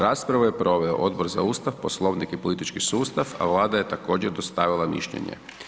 Raspravu je proveo Odbor za ustav, poslovnik i politički sustav, a Vlada je također dostavila mišljenje.